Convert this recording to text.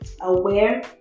aware